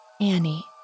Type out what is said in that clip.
Annie